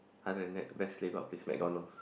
other than that best lepak place is McDonald's